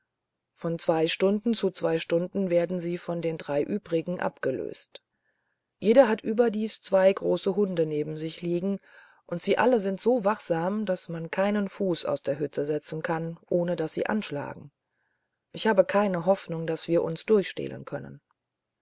von zwei stunden zu zwei stunden werden sie von den drei übrigen abgelöst jeder hat überdies zwei große hunde neben sich liegen und sie alle sind so wachsam daß man keinen fuß aus der hütte setzen kann ohne daß sie anschlagen ich habe keine hoffnung daß wir uns durchstehlen können